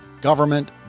government